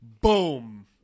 Boom